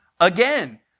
again